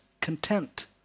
content